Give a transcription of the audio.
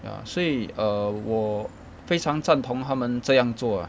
ya 所以 err 我非常赞同他们这样做 ah